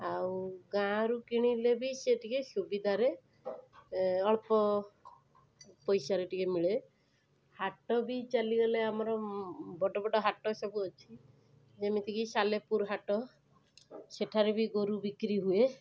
ଆଉ ଗାଁରୁ କିଣିଲେ ବି ସିଏ ଟିକିଏ ସୁବିଧାରେ ଅଳ୍ପ ପଇସାରେ ଟିକିଏ ମିଳେ ହାଟ ବି ଚାଲିଗଲେ ଆମର ବଡ଼ ବଡ଼ ହାଟ ସବୁ ଅଛି ଯେମିତି କି ସାଲେପୁର ହାଟ ସେଠାରେ ବି ଗୋରୁ ବିକ୍ରି ହୁଏ